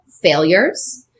failures